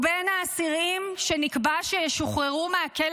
הוא בין האסירים שנקבע שישוחררו מהכלא